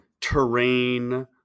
terrain